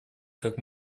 как